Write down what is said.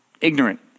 ignorant